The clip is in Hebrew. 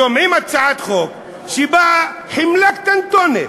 שומעים הצעת חוק שבה חמלה קטנטונת,